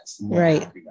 Right